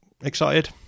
excited